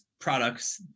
products